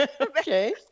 okay